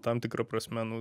tam tikra prasme nu